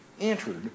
entered